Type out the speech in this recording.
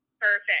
Perfect